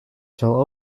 shall